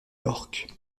york